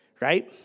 right